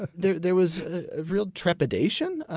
there there was real trepidation,